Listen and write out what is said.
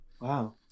Wow